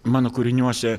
mano kūriniuose